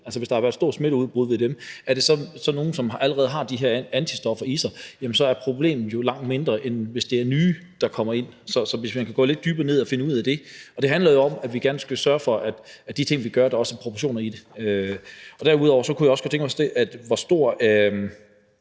hvis der har været et stort smitteudbrud hos dem, så nogle, som allerede har de her antistoffer i sig? Så er problemet jo langt mindre, end hvis det er nye, der kommer ind. Så man kan gå lidt dybere ned og finde ud af det, og det handler jo om, at vi gerne skal sørge for, at der også er proportioner i de ting, vi gør. Derudover kunne jeg også godt tænke mig at høre, hvor stor